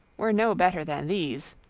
were no better than these